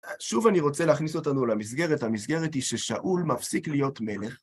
שוב אני רוצה להכניס אותנו למסגרת. המסגרת היא ששאול מפסיק להיות מלך.